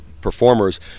performers